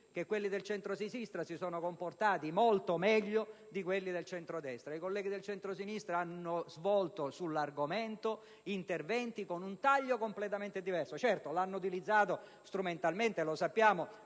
che i colleghi del centrosinistra si sono comportati molto meglio rispetto agli esponenti del centrodestra. I colleghi dell'opposizione hanno svolto sull'argomento interventi con un taglio completamente diverso. Certo, lo hanno utilizzato strumentalmente, lo sappiamo,